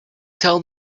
tell